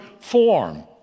form